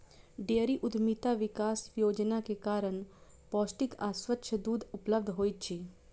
dairy उद्यमिता विकास योजना के कारण पौष्टिक आ स्वच्छ दूध उपलब्ध होइत अछि